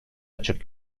açık